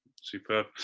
superb